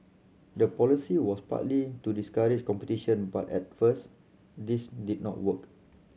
the policy was partly to discourage competition but at first this did not work